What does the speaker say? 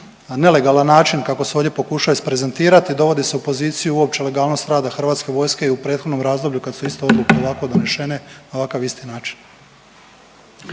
nelegalan način kako se ovdje pokušava isprezentirati dovodi se u poziciju uopće legalnost rada Hrvatske vojske i u prethodnom razdoblju kad su isto odluke ovako donešene na ovakav isti način.